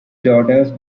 daughters